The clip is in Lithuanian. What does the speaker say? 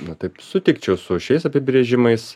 na taip sutikčiau su šiais apibrėžimais